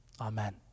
Amen